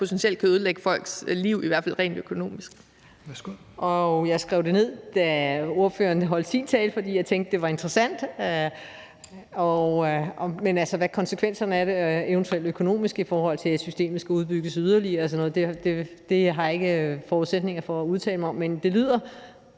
Petersen): Værsgo. Kl. 16:37 Christina Thorholm (RV): Jeg skrev det ned, da ordføreren holdt sin tale, fordi jeg syntes, det var interessant. Men altså, hvad konsekvenserne af det er, i forhold til hvis systemet eventuelt skal udbygges yderligere og sådan noget, har jeg ikke forudsætninger for at udtale mig om. Men det lyder